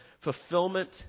fulfillment